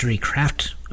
craft